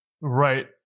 Right